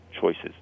choices